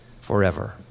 forever